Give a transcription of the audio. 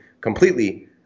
completely